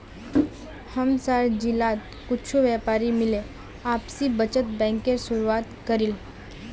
हमसार जिलात कुछु व्यापारी मिले आपसी बचत बैंकेर शुरुआत करील